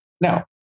Now